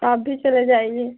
आप भी चले जाइए